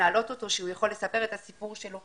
להעלות אותו כדי שהוא יספר את הסיפור שלו.